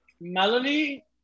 Melanie